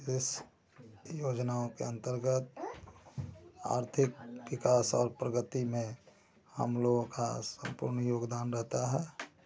इस योजनाओं के अंतर्गत आर्थिक विकास और प्रगति में हम लोगों का सम्पूर्ण योगदान रहता है